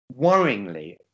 worryingly